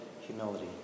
humility